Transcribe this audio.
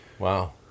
Wow